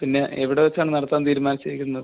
പിന്നെ എവിടെ വെച്ചാണ് നടത്താൻ തീരുമാനിച്ചിരിക്കുന്നത്